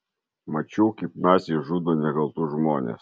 mačiau kaip naciai žudo nekaltus žmones